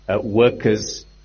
workers